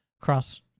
cross